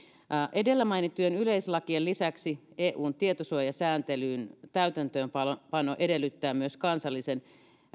edellä mainittujen yleislakien lisäksi eun tietosuojasääntelyn täytäntöönpano edellyttää myös kansallisen